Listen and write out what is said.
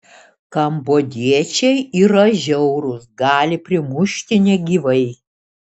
kambodžiečiai yra žiaurūs gali primušti negyvai